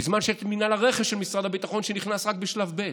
בזמן שמינהל הרכש של משרד הביטחון נכנס רק בשלב ב'.